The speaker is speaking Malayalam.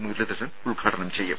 മുരളീധരൻ ഉദ്ഘാടനം ചെയ്യും